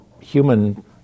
human